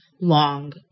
long